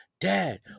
dad